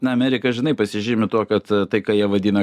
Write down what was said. na amerika žinai pasižymi tuo kad tai ką jie vadina